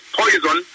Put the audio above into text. poison